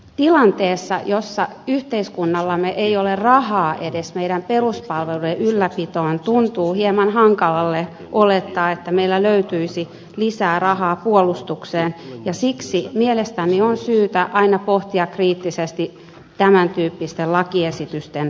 tilanteessa jossa yhteiskunnallamme ei ole rahaa edes meidän peruspalveluidemme ylläpitoon tuntuu hieman hankalalle olettaa että meillä löytyisi lisää rahaa puolustukseen ja siksi mielestäni on syytä aina pohtia kriittisesti tämäntyyppisten lakiesitysten tuontia